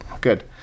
Good